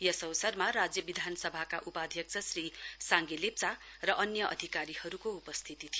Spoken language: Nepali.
यस अवसरमा राज्य विधानसभाका उपाध्यक्ष श्री साङ्गे लेप्चा र अन्य अधिकारीहरूको उपस्थिति थियो